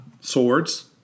Swords